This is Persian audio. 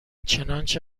چنانچه